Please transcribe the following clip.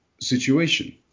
situation